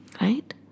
Right